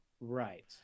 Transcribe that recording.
Right